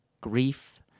grief